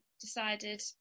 decided